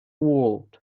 world